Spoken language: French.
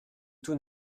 tout